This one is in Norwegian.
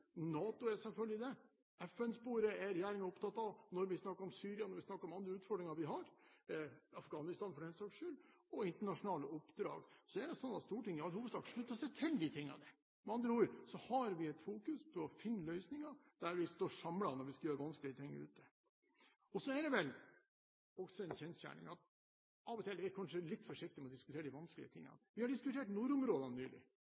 NATO er selvfølgelig det – og FN-sporet er regjeringen opptatt av. Når vi snakker om Syria, når vi snakker om andre utfordringer vi har, Afghanistan for den saks skyld, og internasjonale oppdrag, er det sånn at Stortinget i all hovedsak slutter seg til de tingene. Med andre ord har vi et fokus på å finne løsninger der vi står samlet når vi skal gjøre vanskelige ting ute. Så er det vel en kjensgjerning at av og til er vi kanskje litt forsiktige med å diskutere de vanskelige tingene. Vi har nylig